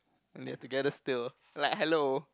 they are together still like hello